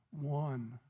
One